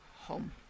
home